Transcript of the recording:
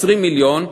20 מיליון,